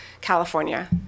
California